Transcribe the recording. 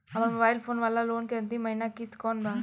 हमार mobile phone वाला loan के अंतिम महिना किश्त कौन बा?